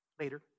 later